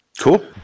Cool